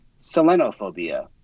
selenophobia